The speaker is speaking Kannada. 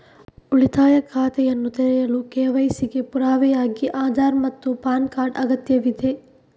ಉಳಿತಾಯ ಖಾತೆಯನ್ನು ತೆರೆಯಲು ಕೆ.ವೈ.ಸಿ ಗೆ ಪುರಾವೆಯಾಗಿ ಆಧಾರ್ ಮತ್ತು ಪ್ಯಾನ್ ಕಾರ್ಡ್ ಅಗತ್ಯವಿದೆ